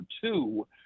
two